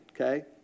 okay